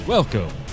Welcome